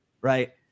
right